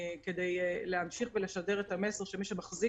כדי להמשיך ולשדר את המסר שמי שמחזיק